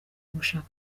gushaka